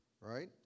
right